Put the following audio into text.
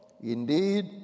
Indeed